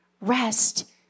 Rest